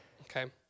Okay